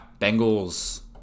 Bengals